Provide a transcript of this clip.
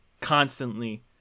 constantly